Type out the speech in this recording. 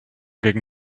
gegen